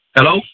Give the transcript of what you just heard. Hello